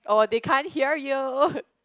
oh they can't hear you